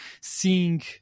seeing